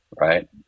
right